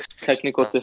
technical